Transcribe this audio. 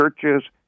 churches